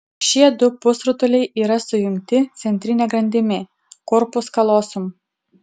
šie du pusrutuliai yra sujungti centrine grandimi korpus kalosum